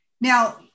now